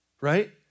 right